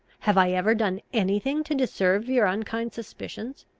have i ever done any thing to deserve your unkind suspicions?